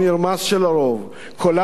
קולם של מי שבחרו בציונות,